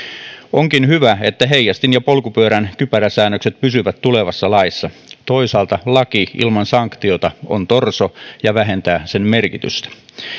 onkin hyvä että heijastin ja polkupyörän kypäräsäännökset pysyvät tulevassa laissa toisaalta laki ilman sanktiota on torso ja vähentää sen merkitystä